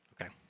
Okay